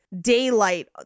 daylight